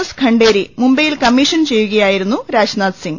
S Khanderi മുംബൈയിൽ commission ചെയ്യുകയായിരുന്നു രാജ്നാഥ്സിങ്